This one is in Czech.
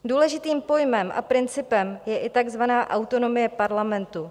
Důležitým pojmem a principem je i takzvaná autonomie parlamentu.